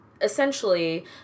essentially